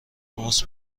ماوس